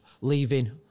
leaving